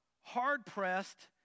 hard-pressed